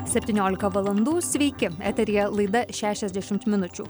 septyniolika valandų sveiki eteryje laida šešiasdešimt minučių